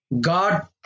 God